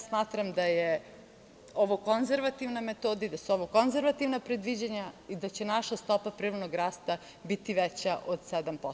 Smatram da je ovo konzervativna metoda i da su ovo konzervativna predviđanja i da će naša stopa privrednog rasta biti veća od 7%